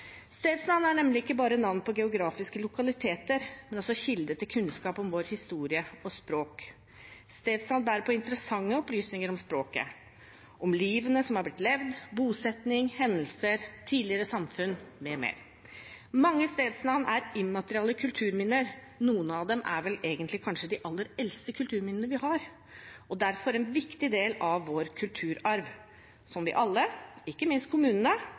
Stedsnavn er nemlig ikke bare navn på geografiske lokaliteter, men også kilde til kunnskap om vår historie og språk. Stedsnavn bærer på interessante opplysninger om språket, om livene som er blitt levd, bosetning, hendelser, tidligere samfunn, m.m. Mange stedsnavn er immaterielle kulturminner, noen av dem er vel egentlig de aller eldste kulturminnene vi har, og er derfor en viktig del av vår kulturarv – som vi alle, ikke minst kommunene,